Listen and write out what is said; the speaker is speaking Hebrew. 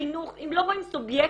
חינוך אם לא רואים סובייקטים,